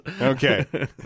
Okay